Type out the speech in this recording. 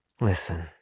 Listen